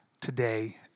today